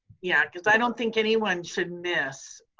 yeah, cause i don't think anyone should miss.